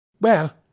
Well